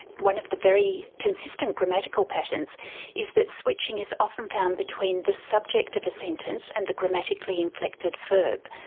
one of the very consistent grammatical patterns is that switching is often found between the subject of a sentence and the grammatically inflected verb,